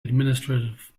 administrative